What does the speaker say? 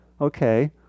okay